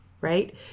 right